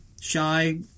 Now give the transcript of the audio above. shy